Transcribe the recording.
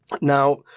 Now